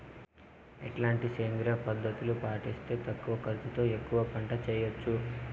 ఎట్లాంటి సేంద్రియ పద్ధతులు పాటిస్తే తక్కువ ఖర్చు తో ఎక్కువగా పంట చేయొచ్చు?